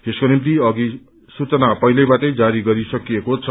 यसको निम्ति अधिसूचना पहिलेबाटै जारी गरिसकिएको छ